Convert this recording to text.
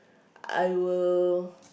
I will